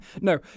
no